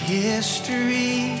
history